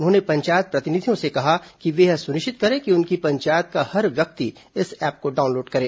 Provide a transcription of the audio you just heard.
उन्होंने पंचायत प्रतिनिधियों से कहा कि वे यह सुनिश्चित करें कि उनकी पंचायत का हर व्यक्ति इस ऐप को डाउनलोड करे